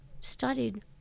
studied